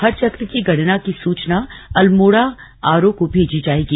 हर चक्र की गणना की सूचना अल्मोड़ा आरओ को भेजी जाएगी